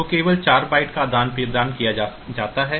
तो केवल 4 बिट्स का आदान प्रदान किया जाता है